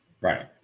Right